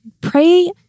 Pray